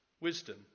Wisdom